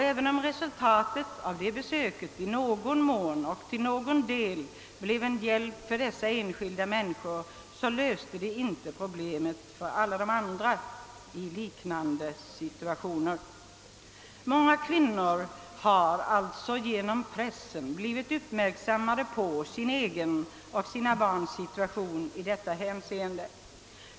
Även om resultatet av detta besök till någon del blev en hjälp för dessa enskilda människor, löste det inte problemet för alla de andra i liknande situationer. Många kvinnor har alltså genom pressen gjorts uppmärksamma på sin egen och sina barns situation i detta hänscende.